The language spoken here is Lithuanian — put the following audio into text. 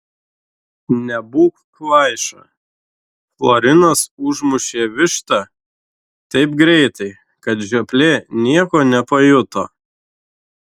nebūk kvaiša florinas užmušė vištą taip greitai kad žioplė nieko nepajuto